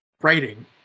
writing